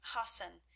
Hassan